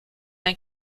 ein